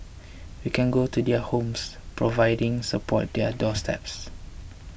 we can go to their homes providing support their doorsteps